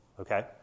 Okay